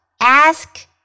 ask